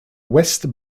west